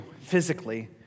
physically